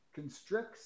constricts